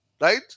Right